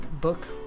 book